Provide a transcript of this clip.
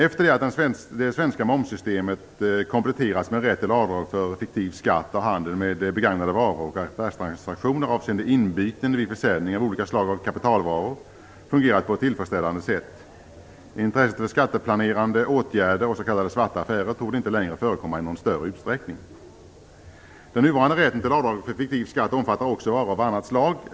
Efter det att det svenska momssystemet kompletterats med rätt till avdrag för fiktiv skatt har handeln med begagnade varor och affärstransaktioner avseende inbyten vid försäljning av olika slag av kapitalvaror fungerat på ett tillfredsställande sätt. Intresse för skatteplanerande åtgärder och s.k. svarta affärer torde inte längre förekomma i någon större utsträckning. Den nuvarande rätten till avdrag för fiktiv skatt omfattar också varor av annat slag.